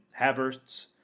Havertz